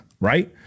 right